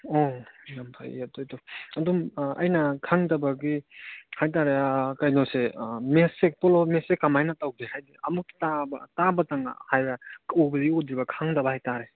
ꯎꯝ ꯌꯥꯝ ꯐꯩ ꯑꯗꯨꯗꯣ ꯑꯗꯨꯝ ꯑꯩꯅ ꯈꯪꯗꯕꯒꯤ ꯍꯥꯏꯇꯥꯔꯦ ꯀꯩꯅꯣꯁꯦ ꯃꯦꯠꯁꯁꯦ ꯄꯣꯂꯣ ꯃꯦꯠꯁꯦꯁꯦ ꯀꯃꯥꯏꯅ ꯇꯧꯒꯦ ꯍꯥꯏꯗꯤ ꯑꯃꯨꯛ ꯇꯥꯕ ꯇꯥꯕꯇꯪꯒ ꯍꯥꯏꯔꯦ ꯎꯕꯗꯤ ꯎꯗ꯭ꯔꯤꯕ ꯈꯪꯗꯕ ꯍꯥꯏꯇꯥꯔꯦ